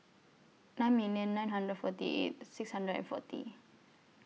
nine million nine hundred forty eight six hundred and forty